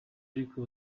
ariko